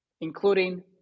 including